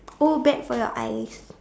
oh bad for your eyes